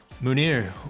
Munir